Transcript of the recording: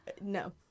no